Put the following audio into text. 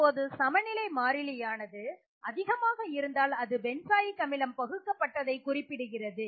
இப்போது சமநிலை மாறிலியானது அதிகமாக இருந்தால் அது அதிக பென்சாயிக் அமிலம் பகுக்கப் பட்டதை குறிப்பிடுகிறது